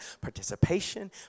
participation